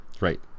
Right